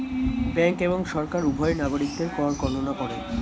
bank এবং সরকার উভয়ই নাগরিকদের কর গণনা করে